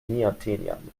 neodymium